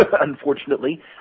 unfortunately